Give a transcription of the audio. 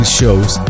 shows